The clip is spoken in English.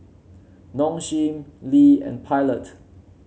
Nong Shim Lee and Pilot